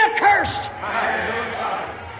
accursed